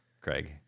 Craig